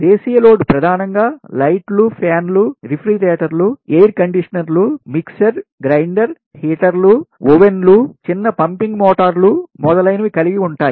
దేశీయ లోడ్ ప్రధానంగా లైట్లు ఫ్యాన్లు రిఫ్రిజిరేటర్లు ఎయిర్ కండీషనర్లు మిక్సర్ గ్రైండర్ హీటర్లు ఓవెన్లు చిన్న పంపింగ్ మోటార్లు మొదలైనవి కలిగి ఉంటాయి